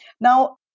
Now